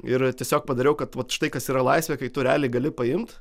ir tiesiog padariau kad vat štai kas yra laisvė kai tu realiai gali paimt